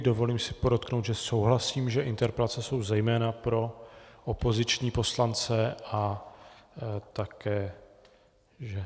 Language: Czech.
Dovolím si podotknout, že souhlasím, že interpelace jsou zejména pro opoziční poslance a také, že...